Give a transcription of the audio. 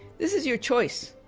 this is your choice.